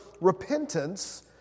repentance